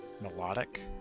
melodic